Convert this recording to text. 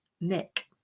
Nick